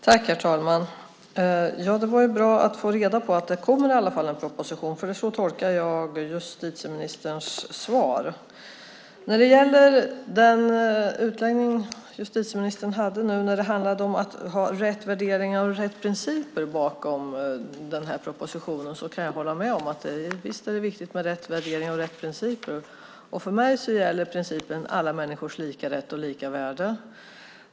Herr talman! Det var bra att få reda på att det i alla fall kommer en proposition. Så tolkade jag justitieministerns svar. När det gäller den utläggning justitieministern hade om att ha rätt värderingar och rätt principer bakom propositionen kan jag hålla med om att det är viktigt. För mig gäller principen alla människors lika rätt och lika värde.